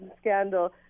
scandal